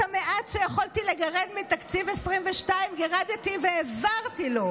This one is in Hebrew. את המעט שיכולתי לגרד מתקציב 2022 גירדתי והעברתי לו,